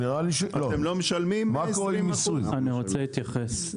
אתם לא משלמים 20%. אני רוצה להתייחס.